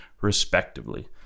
respectively